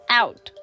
out